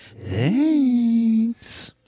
Thanks